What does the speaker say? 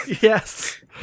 Yes